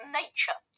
nature